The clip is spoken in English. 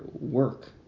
work